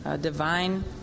divine